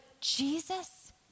Jesus